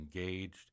engaged